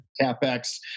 capex